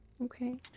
Okay